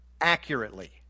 accurately